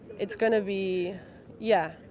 it's going to be yeah,